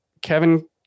Kevin